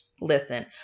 listen